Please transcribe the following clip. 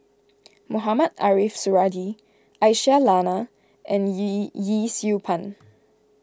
Mohamed Ariff Suradi Aisyah Lyana and Yee Yee Siew Pun